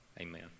Amen